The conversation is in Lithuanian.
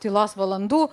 tylos valandų